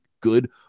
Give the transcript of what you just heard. good